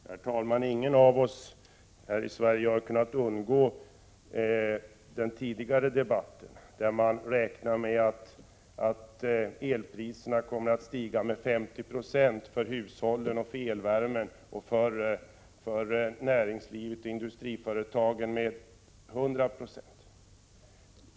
Herr talman! Ingen här i Sverige har kunnat undgå att få del av uppgiften att man räknar med att elpriserna kommer att stiga med 50 96 per hushåll för elvärme och när det gäller näringslivet och industriföretagen med 100 90.